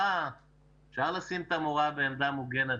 אפשר לשים את המורה בעמדה מוגנת,